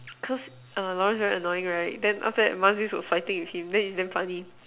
cause err Lawrence very annoying right then after that Mazrif was fighting with him then is damn funny